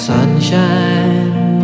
Sunshine